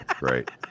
right